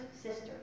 sister